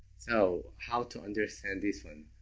so how to understand this one.